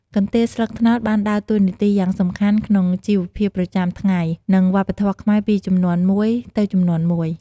កន្ទេលស្លឹកត្នោតបានដើរតួនាទីយ៉ាងសំខាន់ក្នុងជីវភាពប្រចាំថ្ងៃ និងវប្បធម៌ខ្មែរពីជំនាន់មួយទៅជំនាន់មួយ។